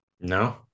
no